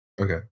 okay